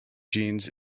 jeans